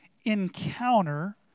encounter